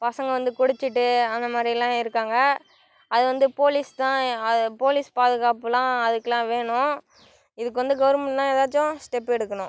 பசங்கள் வந்து குடிச்சுட்டு அந்த மாதிரிலா இருக்காங்க அது வந்து போலீஸ் தான் போலீஸ் பாதுகாப்புலாம் அதுக்குலாம் வேணும் இதுக்கு வந்து கவர்மண்ட் தான் ஏதாச்சும் ஸ்டெப் எடுக்கணும்